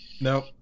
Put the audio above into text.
Nope